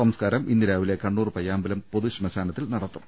സംസ്കാരം ഇന്ന് രാവിലെ കണ്ണൂർ പയ്യാമ്പലം പൊതുശ്മശാനത്തിൽ നട ത്തും